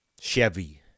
Chevy